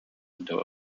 into